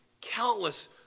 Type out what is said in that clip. countless